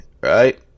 right